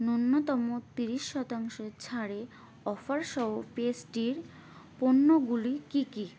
ন্যূনতম তিরিশ শতাংশ ছাড়ে অফারসহ পেস্টির পণ্যগুলি কী কী